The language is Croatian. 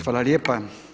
Hvala lijepa.